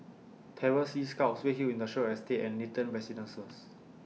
Terror Sea Scouts Redhill Industrial Estate and Nathan Residences